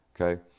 Okay